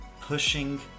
pushing